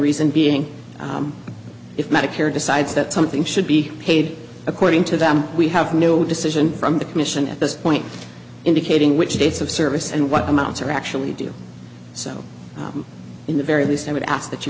reason being if medicare decides that something should be paid according to them we have no decision from the commission at this point indicating which dates of service and what amounts are actually do so in the very least i would ask that you